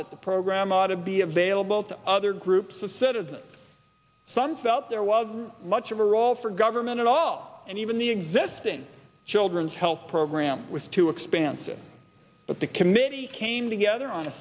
that the program ought to be available to us there are groups of citizen sons felt there was much of a role for government at all and even the existing children's health program was too expensive but the committee came together on a